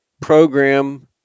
program